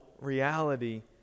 reality